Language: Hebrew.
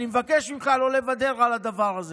אני מבקש ממך לא לוותר על הדבר הזה.